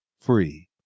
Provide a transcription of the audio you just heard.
free